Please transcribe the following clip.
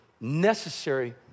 necessary